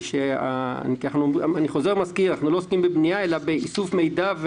אני חוזר ומזכיר: אנחנו לא עוסקים בבנייה אלא באיסוף מידע,